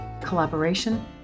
collaboration